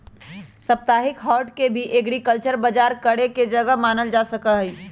साप्ताहिक हाट के भी एग्रीकल्चरल बजार करे के जगह मानल जा सका हई